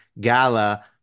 Gala